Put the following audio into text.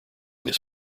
this